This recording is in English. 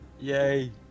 Yay